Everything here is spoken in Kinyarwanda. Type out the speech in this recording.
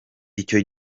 icyo